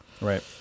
right